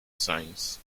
science